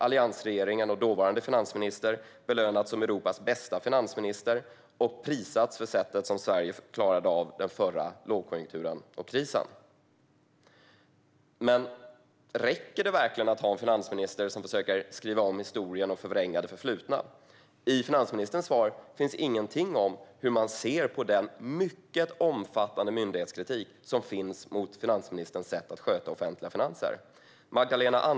Alliansregeringens finansminister har i stället belönats som Europas bästa finansminister och prisats för Sveriges sätt att klara av den förra lågkonjunkturen och krisen. Räcker det verkligen att ha en finansminister som försöker skriva om historien och förvränga det förflutna? I finansministerns svar finns ingenting om hur man ser på den mycket omfattande myndighetskritik som riktats mot finansministerns sätt att sköta offentliga finanser.